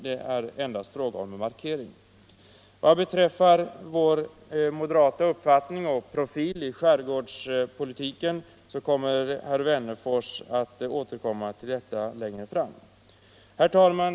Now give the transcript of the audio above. Det är bara fråga om en markering. Vad gäller vår moderata uppfattning och profil i skärgårdspolitiken kommer herr Wennerfors senare att ta upp den frågan.